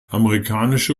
amerikanische